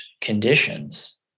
conditions